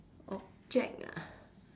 object ah